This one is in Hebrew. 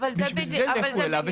בשביל זה תלכו אליו ותנו.